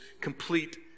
complete